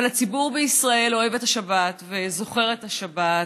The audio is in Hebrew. אבל הציבור בישראל אוהב את השבת וזוכר את השבת,